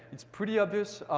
it's pretty obvious.